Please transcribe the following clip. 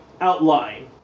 outline